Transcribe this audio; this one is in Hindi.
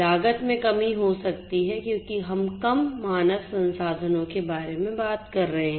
लागत में कमी हो सकती है क्योंकि हम कम मानव संसाधनों के बारे में बात कर रहे हैं